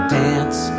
dance